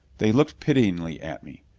they looked pityingly at me.